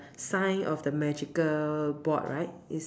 sign of the magical board right is